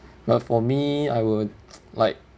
but for me I will like